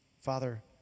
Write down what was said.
Father